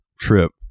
trip